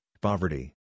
poverty